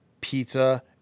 Pizza